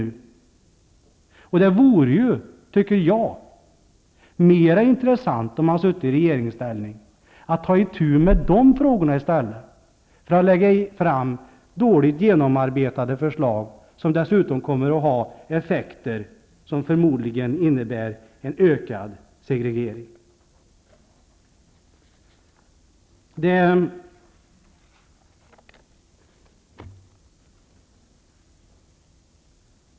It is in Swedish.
Jag tycker att det vore mera intressant om man sutte i regeringsställning att ta itu med de frågorna i stället för att lägga fram dåligt genomarbetade förslag, vilka dessutom kommer att få effekter som förmodligen innebär en ökad segregering.